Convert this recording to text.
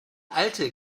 alte